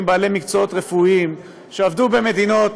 בעלי מקצועות רפואיים שעבדו במדינות,